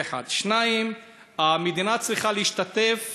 זה 1, 2. המדינה צריכה להשתתף